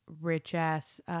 Rich-ass